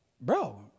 Bro